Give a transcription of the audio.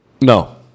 no